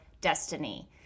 destiny